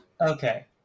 okay